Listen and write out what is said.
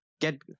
get